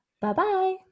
bye-bye